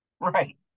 Right